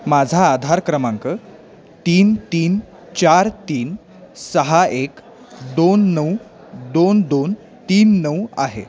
माझा आधार क्रमांक तीन तीन चार तीन सहा एक दोन नऊ दोन दोन तीन नऊ आहे